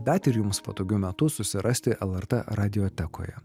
bet ir jums patogiu metu susirasti lrt radijotekoje